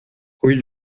rue